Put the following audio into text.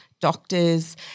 doctors